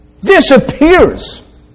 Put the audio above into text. disappears